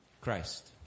Christ